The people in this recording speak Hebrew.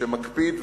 שמקפיד,